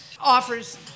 offers